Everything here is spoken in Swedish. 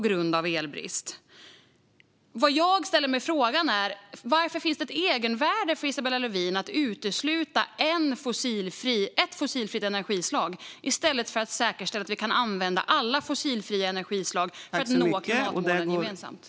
Frågan jag ställer mig är: Varför ser Isabella Lövin ett egenvärde i att utesluta ett fossilfritt energislag i stället för att säkerställa att vi kan använda alla fossilfria energislag för att gemensamt nå klimatmålen?